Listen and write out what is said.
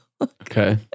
Okay